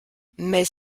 mais